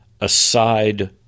aside